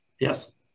Yes